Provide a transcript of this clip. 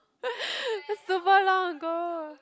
super long ago